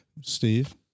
Steve